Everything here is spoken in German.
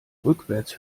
rückwärts